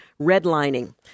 redlining